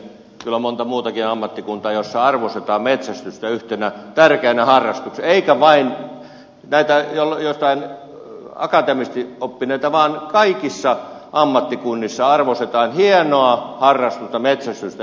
kyllä on monta muutakin ammattikuntaa jossa arvostetaan metsästystä yhtenä tärkeänä harrastuksena eikä vain näitä joitain akateemisesti oppineita vaan kaikissa ammattikunnissa arvostetaan hienoa harrastusta metsästystä ed